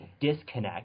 disconnect